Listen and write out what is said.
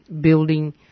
building